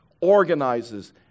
organizes